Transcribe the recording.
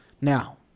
Now